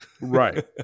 Right